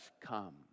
come